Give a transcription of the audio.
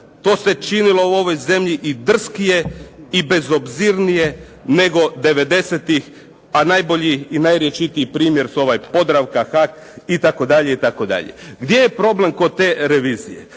to se činilo u ovoj zemlji i drskije i bezobzirnije nego '90-ih, a najbolji i najrječitiji primjer su ovaj "Podravka", "HAK" itd. Gdje je problem kod te revizije?